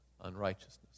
unrighteousness